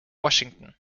washington